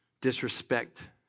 disrespect